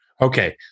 Okay